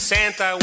Santa